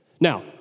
Now